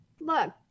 look